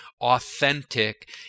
authentic